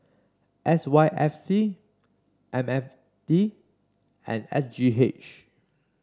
S Y F C M N D and S G H